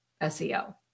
SEO